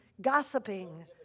gossiping